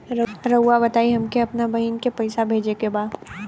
राउर बताई हमके अपने बहिन के पैसा भेजे के बा?